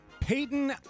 Peyton